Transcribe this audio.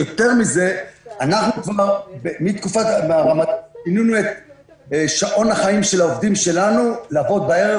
אנחנו מתקופת הרמדאן שינינו את שעון החיים של העובדים שלנו לעבוד בערב,